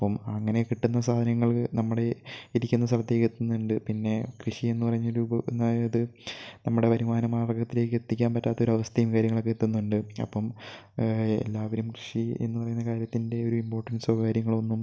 അപ്പം അങ്ങനെ കിട്ടുന്ന സാധനങ്ങൾ നമ്മുടെ ഇരിക്കുന്ന സ്ഥലത്തേക്ക് എത്തുന്നുണ്ട് പിന്നെ കൃഷിയെന്ന് പറഞ്ഞൊരു അതായത് നമ്മുടെ വരുമാനമാർഗ്ഗത്തിലേക്കെത്തിക്കാൻ പറ്റാത്തൊരവസ്ഥയും കാര്യങ്ങളൊക്കെ എത്തുന്നുണ്ട് അപ്പം എല്ലാവരും കൃഷി എന്നു പറയുന്ന കാര്യത്തിൻ്റെ ഒരു ഇമ്പോർട്ടൻസൊ കാര്യങ്ങളോ ഒന്നും